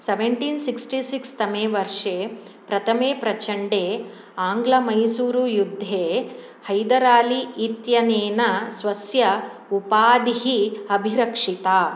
seventeen sixty six तमे वर्षे प्रथमे प्रचण्डे आङ्ग्लमैसूरु युद्धे हैदराली इत्यनेन स्वस्य उपाधिः अभिरक्षिता